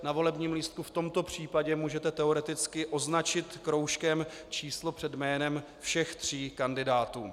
Na volebním lístku v tomto případě můžete teoreticky označit kroužkem číslo před jménem všech tří kandidátů.